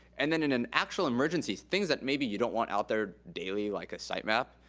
and then in an actual emergency, things that maybe you don't want out there daily, like a site map,